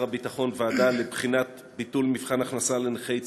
הביטחון ועדה לבחינת ביטול מבחן הכנסה לנכי צה"ל,